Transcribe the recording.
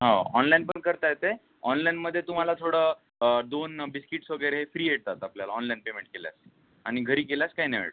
हा ऑनलाईनपण करता येते ऑनलाईनमध्ये तुम्हाला थोडं दोन बिस्किट्स वगैरे फ्री येतात आपल्याला ऑनलाईन पेमेंट केल्यास आणि घरी केल्यास काही नाही भेटत